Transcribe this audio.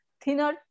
thinner